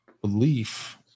belief